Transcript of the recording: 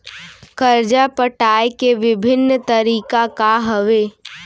करजा पटाए के विभिन्न तरीका का हवे?